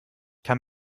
kann